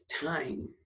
time